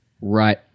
right